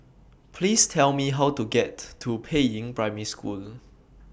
Please Tell Me How to get to Peiying Primary School